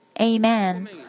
amen